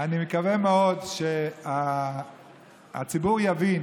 אני מקווה מאוד שהציבור יבין,